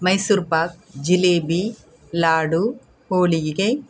Mysore pak jalebi laddu ಹೋಳಿಗೆ